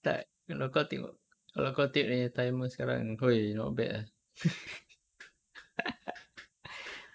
tak you know kau tengok kalau kau tengok ni timer sekarang koi not bad ah